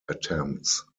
attempts